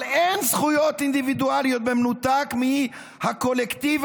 אבל אין זכויות אינדיבידואליות במנותק מהקולקטיב,